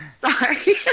sorry